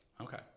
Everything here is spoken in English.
Okay